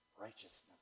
righteousness